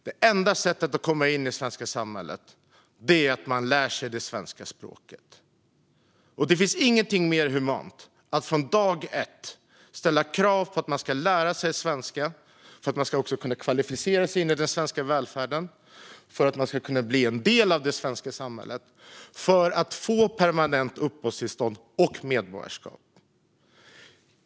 Det enda sättet att komma in i det svenska samhället är att lära sig det svenska språket. Det finns ingenting mer humant än att från dag ett ställa krav på att man ska lära sig svenska för att kunna kvalificera sig in i den svenska välfärden, för att kunna bli en del av det svenska samhället och för att få permanent uppehållstillstånd och medborgarskap.